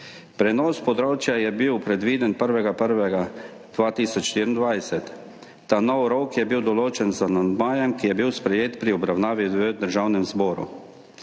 Prenos področja je bil predviden 1. 1. 2024, ta novi rok je bil določen z amandmajem, ki je bil sprejet na obravnavi v Državnem zboru.